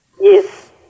Yes